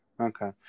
Okay